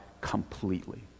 completely